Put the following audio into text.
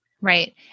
Right